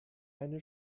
eine